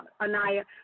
Anaya